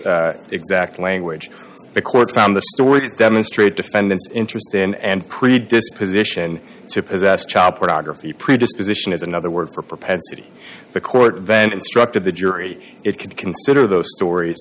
s exact language the court found the stories demonstrate defendant's interest and predisposition to possess child pornography predisposition is another word for propensity the court vend instructed the jury it could consider those stories